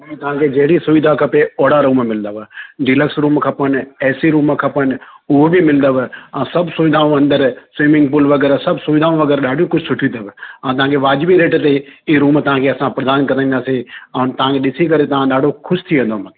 तव्हांखे जहिड़ी सुविधा खपे अहिड़ा रूम मिलंदव डिलक्स रूम खपनि ए सी रूम खपनि उहो बि मिलंदव सभु सुविधाऊं अंदरि स्विमिंग पूल वग़ैरह सभु सुविधाऊं वग़ैरह ॾाढियूं कुझु सुठी अथव तव्हांखे वाजिबी रेट ते ई रूम तव्हांखे असां प्रदान कराईंदासीं ऐं तव्हांखे ॾिसी करे तव्हां ॾाढो ख़ुशि थी वेंदव माना